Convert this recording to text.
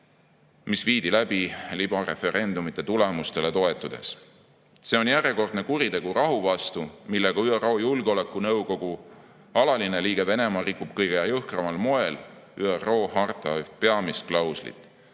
mis viidi läbi libareferendumite tulemustele toetudes. See on järjekordne kuritegu rahu vastu, millega ÜRO Julgeolekunõukogu alaline liige Venemaa rikub kõige jõhkramal moel ÜRO harta üht peamist klauslit: